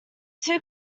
two